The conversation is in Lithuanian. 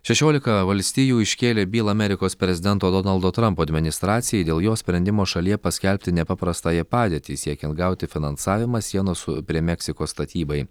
šešiolika valstijų iškėlė bylą amerikos prezidento donaldo trampo administracijai dėl jo sprendimo šalyje paskelbti nepaprastąją padėtį siekiant gauti finansavimą sienos su prie meksikos statybai